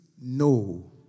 no